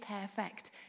perfect